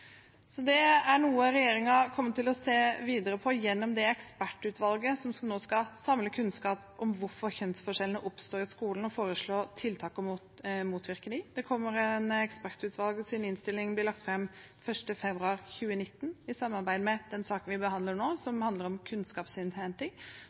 noe regjeringen kommer til å se videre på gjennom det ekspertutvalget som nå skal samle kunnskap om hvorfor kjønnsforskjellene oppstår i skolen, og foreslå tiltak for å motvirke dem. Ekspertutvalgets innstilling blir lagt fram 1. februar 2019. Sammen med den saken vi behandler nå,